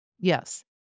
Yes